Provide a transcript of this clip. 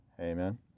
amen